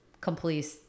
complete